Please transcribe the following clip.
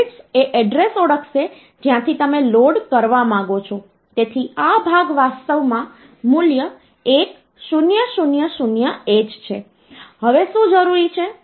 33 ની બરાબર નહીં હોય અથવા તમે ગમે તે ધ્યાનમાં લીધેલા અંકોની સંખ્યા નહીં હોય